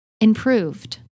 improved